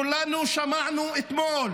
כולנו שמענו אתמול